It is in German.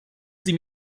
sie